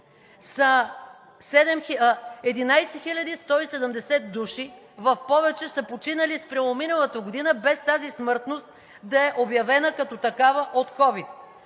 11 170 души в повече са починали спрямо предходната година, без тази смъртност да е обявена като такава от ковид?